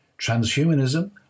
transhumanism